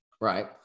Right